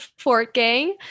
Fortgang